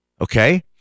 okay